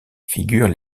figurent